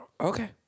Okay